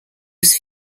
was